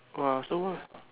!wah! so